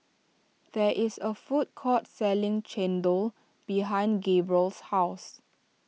there is a food court selling Chendol behind Gabriel's house